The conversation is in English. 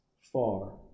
far